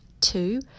Two